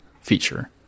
feature